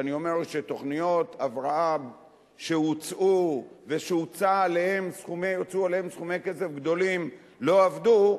שאני אומר שתוכניות הבראה שהוצאו עליהן סכומי כסף גדולים לא עבדו,